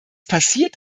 passiert